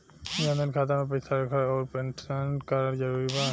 जनधन खाता मे पईसा रखल आउर मेंटेन करल जरूरी बा?